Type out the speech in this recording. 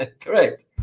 Correct